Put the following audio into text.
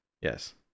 Yes